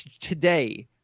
today